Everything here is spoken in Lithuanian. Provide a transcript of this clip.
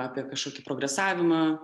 apie kažkokį progresavimą